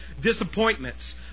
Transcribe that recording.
disappointments